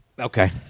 Okay